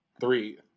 Three